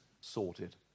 sorted